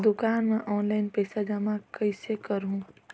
दुकान म ऑनलाइन पइसा जमा कइसे करहु?